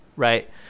Right